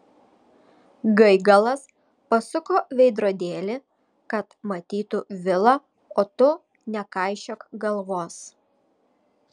gaigalas pasuko veidrodėlį kad matytų vilą o tu nekaišiok galvos